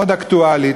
מאוד אקטואלית.